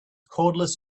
cordless